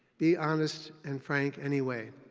be honest and frank anyway.